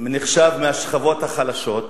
נחשב מהשכבות החלשות,